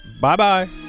Bye-bye